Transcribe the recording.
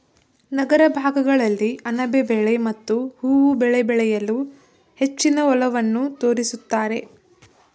ನಗರ ಭಾಗಗಳಲ್ಲಿ ಅಣಬೆ ಬೆಳೆ ಮತ್ತು ಹೂವು ಬೆಳೆ ಬೆಳೆಯಲು ಹೆಚ್ಚಿನ ಒಲವನ್ನು ತೋರಿಸುತ್ತಿದ್ದಾರೆ